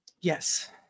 Yes